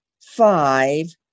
five